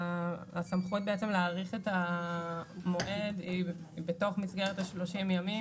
הסמכות להאריך את המועד היא בתוך המסגרת של 30 הימים.